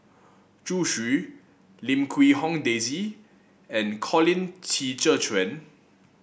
Zhu Xu Lim Quee Hong Daisy and Colin Qi Zhe Quan